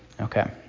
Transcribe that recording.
Okay